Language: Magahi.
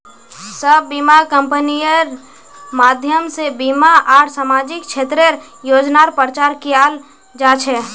सब बीमा कम्पनिर माध्यम से बीमा आर सामाजिक क्षेत्रेर योजनार प्रचार कियाल जा छे